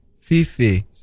Fifi